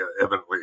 evidently